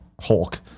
Hulk